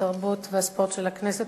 התרבות והספורט של הכנסת,